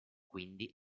quindi